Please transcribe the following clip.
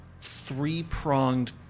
three-pronged